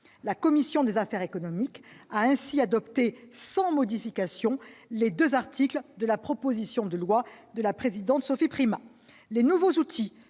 La commission des affaires économiques a ainsi adopté sans modification les deux articles de la proposition de loi. Les nouveaux outils